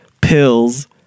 pills